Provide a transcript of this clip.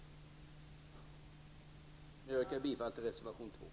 Jag yrkar bifall till reservation 2.